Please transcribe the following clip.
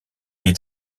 est